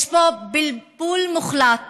יש פה בלבול מוחלט